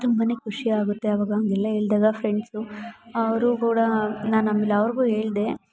ತುಂಬ ಖುಷಿ ಆಗುತ್ತೆ ಅವಾಗ ಹಂಗೆಲ್ಲ ಹೇಳ್ದಾಗ ಫ್ರೆಂಡ್ಸು ಅವರು ಕೂಡ ನಾನು ಆಮೇಲೆ ಅವ್ರಿಗೂ ಹೇಳ್ದೆ